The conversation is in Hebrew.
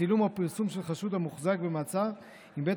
צילום או פרסום של חשוד המוחזק במעצר אם בית